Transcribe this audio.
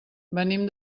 venim